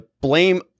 blame